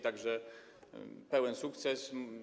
Tak że pełen sukces.